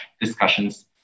discussions